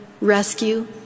rescue